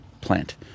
plant